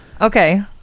Okay